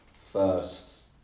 first